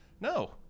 no